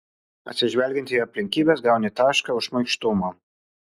atsižvelgiant į aplinkybes gauni tašką už šmaikštumą